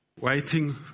Waiting